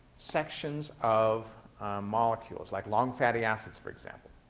sections of molecules, like long fatty acids, for example.